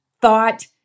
thought